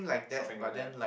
something like that